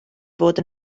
fod